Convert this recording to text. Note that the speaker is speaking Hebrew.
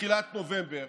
בתחילת נובמבר